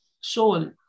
soul